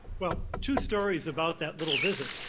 well, two stories about that little visit,